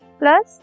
plus